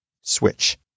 switch